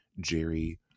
Jerry